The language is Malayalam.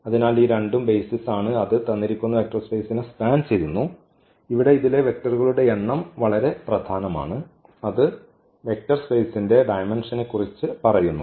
അതിനാൽ ഈ രണ്ടും ബെയ്സിസ് ആണ് അത് തന്നിരിക്കുന്ന വെക്റ്റർ സ്പേസിനെ സ്പാൻ ചെയ്യുന്നു ഇവിടെ ഇതിലെ വെക്ടറുകളുടെ എണ്ണം വളരെ പ്രധാനമാണ് അത് വെക്റ്റർ സ്പെയ്സിന്റെ ഡയമെന്ഷനെക്കുറിച്ച് പറയുന്നു